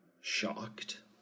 shocked